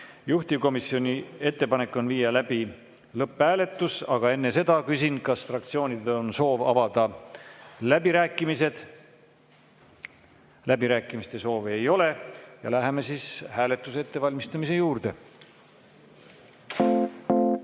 Juhtivkomisjoni ettepanek on viia läbi lõpphääletus, aga enne seda küsin, kas fraktsioonidel on soov avada läbirääkimised. Läbirääkimiste soovi ei ole. Läheme hääletuse ettevalmistamise juurde. Austatud